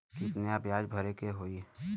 कितना ब्याज भरे के होई?